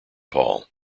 paul